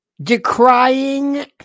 decrying